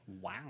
Wow